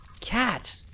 Cat